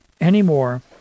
anymore